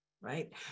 right